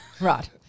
Right